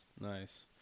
Nice